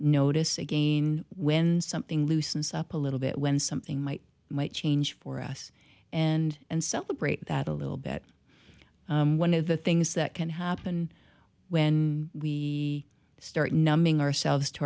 notice again when something loosens up a little bit when something might might change for us and and celebrate that a little bit one of the things that can happen when we start numbing ourselves to